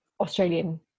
Australian